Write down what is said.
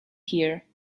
here